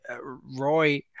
Roy